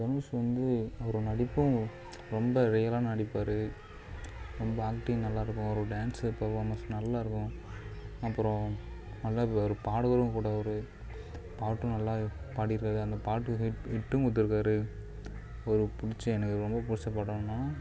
தனுஷ் வந்து அவரு நடிப்பும் ரொம்ப ரியலாக நடிப்பார் அவரோட ஆக்ட்டிங் நல்லாயிருக்கும் அவரோட டான்ஸு பெர்ஃபார்மன்ஸ் நல்லாயிருக்கும் அப்பறம் நல்ல ஒரு பாடகரும் கூட அவர் பாட்டும் நல்லா பாடியிருக்காரு அந்த பாட்டு ஹிட் ஹிட்டும் கொடுத்துருக்காரு ஒரு பிடிச்ச எனக்கு ரொம்ப பிடிச்ச படன்னா